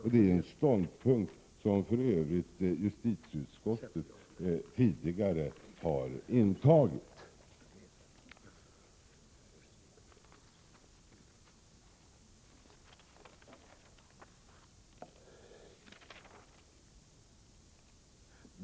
Det är en ståndpunkt som justitieutskottet för övrigt tidigare har intagit.